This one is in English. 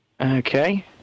Okay